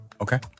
okay